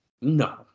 No